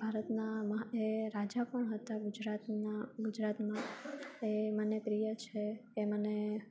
ભારતના માપે રાજા પણ હતા ગુજરાતમાં ગુજરાતમાં એ મને પ્રિય છે એ મને